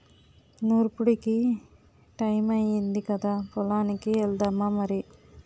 నూర్పుడికి టయమయ్యింది కదా పొలానికి ఎల్దామా మరి